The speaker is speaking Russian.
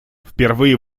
впервые